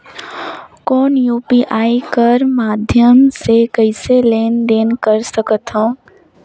कौन यू.पी.आई कर माध्यम से कइसे लेन देन कर सकथव?